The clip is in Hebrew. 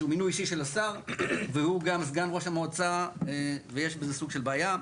שהוא מינוי אישי של השר והוא גם סגן ראש המועצה ויש בזה סוג של בעיה.